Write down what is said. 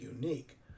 unique